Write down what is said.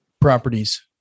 properties